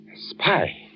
spy